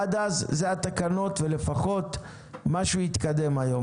עד אז אלה התקנות ולפחות משהו יתקדם היום.